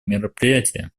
мероприятия